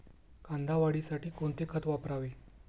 कांदा वाढीसाठी कोणते खत वापरावे?